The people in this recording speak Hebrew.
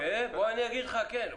תודה,